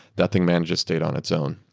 that thing manages state on its own.